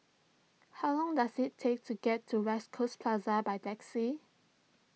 how long does it take to get to West Coast Plaza by taxi